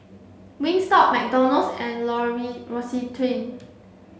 Wingstop McDonald's and L'Occitane